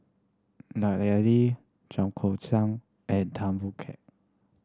Lut Ali Chua Koon Siong and Tan Boon Keik